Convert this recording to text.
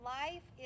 life